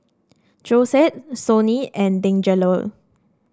Josette Sonny and Deangelo